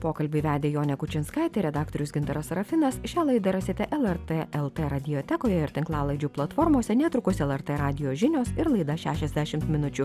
pokalbį vedė jonė kučinskaitė redaktorius gintaras serafinas šią laidą rasite lrt lt radiotekoje ir tinklalaidžių platformose netrukus lrt radijo žinios ir laida šešiasdešim minučių